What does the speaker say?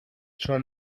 schon